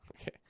Okay